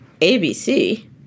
ABC